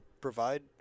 provide